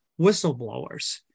whistleblowers